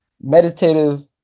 meditative